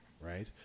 right